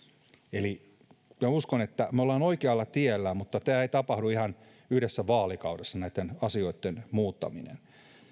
eli minä uskon että me olemme oikealla tiellä mutta tämä ei tapahdu ihan yhdessä vaalikaudessa näitten asioitten muuttaminen